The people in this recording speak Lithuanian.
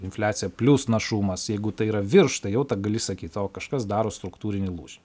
infliacija plius našumas jeigu tai yra virš tai jau tą gali sakyt o kažkas daro struktūrinį lūžį